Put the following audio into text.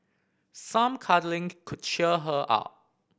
some cuddling could cheer her up